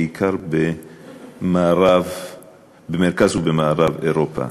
בעיקר במרכז ובמערב אירופה.